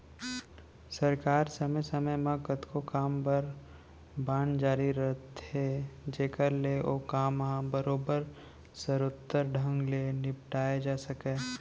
सरकार समे समे म कतको काम बर बांड जारी करथे जेकर ले ओ काम ह बरोबर सरोत्तर ढंग ले निपटाए जा सकय